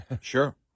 Sure